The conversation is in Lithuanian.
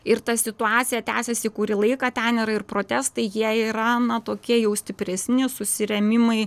ir ta situacija tęsiasi kurį laiką ten yra ir protestai jie yra na tokie jau stipresni susirėmimai